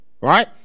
Right